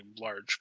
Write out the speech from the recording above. large